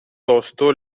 tosto